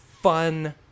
fun